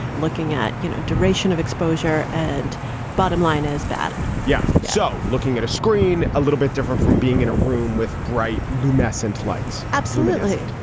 looking at, you know, duration of exposure. and the bottom line is bad. yeah so looking at a screen a little bit different from being in a room with bright luminescent lights absolutely.